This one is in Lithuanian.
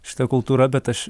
šita kultūra bet aš